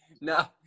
No